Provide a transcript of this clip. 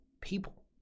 people